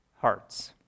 hearts